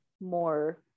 more